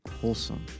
wholesome